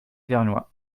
vernois